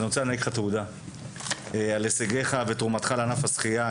אני רוצה להעניק לך תעודה על הישגיך ותרומתך על ענף השחייה.